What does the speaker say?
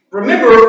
remember